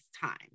time